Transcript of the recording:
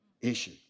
issue